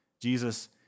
Jesus